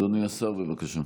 אדוני השר, בבקשה.